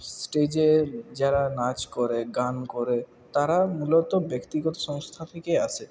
স্টেজে যারা নাচ করে গান করে তারা মূলত ব্যক্তিগত সংস্থা থেকেই আসে